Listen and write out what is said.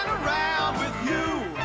around with you